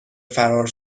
فرار